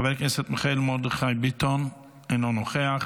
חבר הכנסת מיכאל מרדכי ביטון, אינו נוכח,